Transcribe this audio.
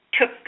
took